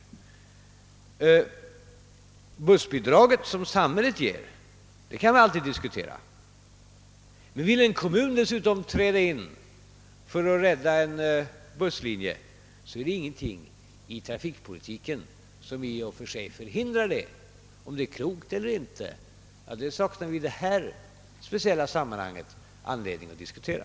Det bussbidrag samhället ger kan vi alltid diskutera, men om en kommun dessutom vill träda in för att rädda en busslinje, så är det i och för sig ingenting i trafikpolitiken som hindrar det. Om det är klokt eller inte är en sak som vi i detta speciella sammanhang saknar anledning att diskutera.